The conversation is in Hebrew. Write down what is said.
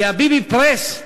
כי ה"ביבי-פרס"